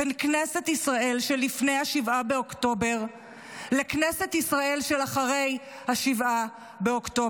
בין כנסת ישראל של לפני 7 באוקטובר לכנסת ישראל של אחרי 7 באוקטובר.